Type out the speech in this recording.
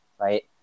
Right